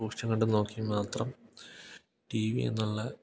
സൂക്ഷിച്ചും കണ്ടും കട്ട് നോക്കിയും മാത്രം ടി വി എന്നുള്ള